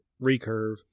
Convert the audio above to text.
recurve